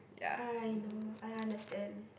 I know I understand